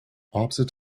opposite